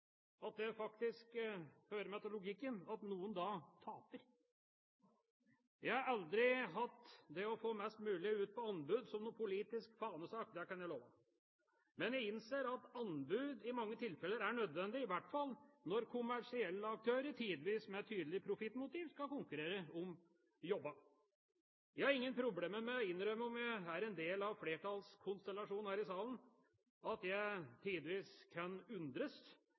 at det faktisk hører med til logikken at noen da taper. Jeg har aldri hatt det å få mest mulig ut på anbud som en politisk fanesak – det kan jeg love. Men jeg innser at anbud i mange tilfeller er nødvendig, i hvert fall når kommersielle aktører – tidvis med tydelig profittmotiv – skal konkurrere om jobbene. Jeg har ingen problemer med å innrømme, sjøl om jeg er en del av flertallskonstellasjonen her i salen, at jeg tidvis kan undres